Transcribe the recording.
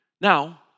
Now